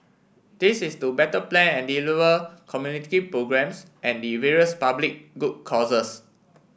this is to better plan and deliver community programmes and the various public good causes